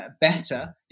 better